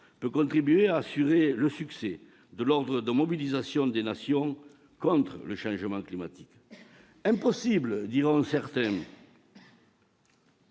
peut contribuer à assurer le succès de l'ordre de mobilisation des nations contre le changement climatique. « Impossible !», diront les